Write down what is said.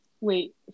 Wait